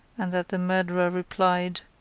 and that the murderer replied,